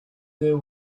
the